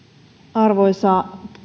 arvoisa